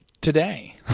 today